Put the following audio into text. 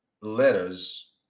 letters